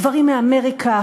דברים מאמריקה,